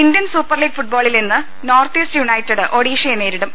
Indian Super League ഫുട്ബോളിൽ ഇന്ന് North East United ഒഡീഷയെ നേരിടും